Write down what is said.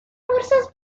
concursos